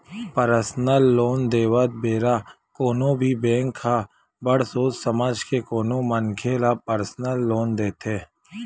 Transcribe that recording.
personal loan देवत बेरा कोनो भी बेंक ह बड़ सोच समझ के कोनो मनखे ल परसनल लोन देथे